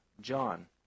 John